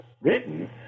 written